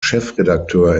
chefredakteur